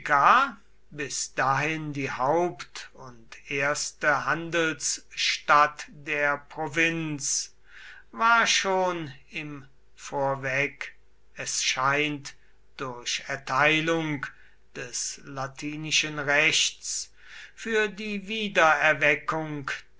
bis dahin die haupt und erste handelsstadt der provinz war schon im vorweg es scheint durch erteilung des latinischen rechts für die wiedererweckung